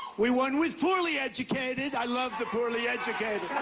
we won with poorly educated. i love the poorly educated.